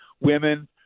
women